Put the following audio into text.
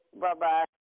Bye-bye